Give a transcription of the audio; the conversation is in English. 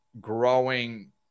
growing